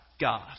God